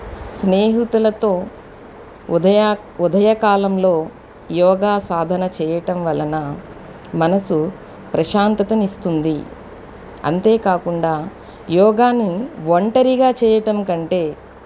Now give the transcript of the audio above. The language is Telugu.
స్నేహితులతో ఉదయా ఉదయకాలంలో యోగా సాధన చేయటం వలన మనసు ప్రశాంతతనిస్తుంది అంతేకాకుండా యోగాని ఒంటరిగా చేయటం కంటే